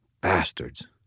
Bastards